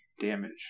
damage